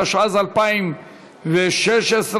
התשע"ז 2016,